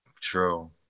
True